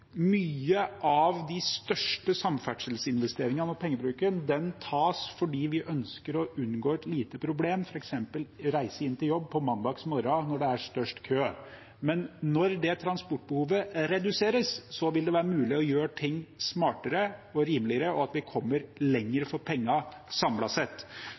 av de største samferdelsinvesteringene og pengebruken skjer fordi vi ønsker å unngå et lite problem, f.eks. det å reise inn til jobb på mandag morgen når det er størst kø. Men når det transportbehovet reduseres, vil det være mulig å gjøre ting smartere og rimeligere, og vi vil komme lenger for pengene samlet sett.